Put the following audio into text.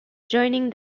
joining